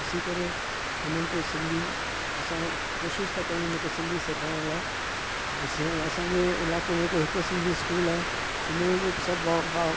ॾिसी करे हुननि खे सिंधी असां कोशिशि था कयूं हुन खे सिंधी सिखारण लाइ ऐं से असांजे इलाइक़े में हिकु सिंधी स्कूल आहे हुन में बि सभु भाउ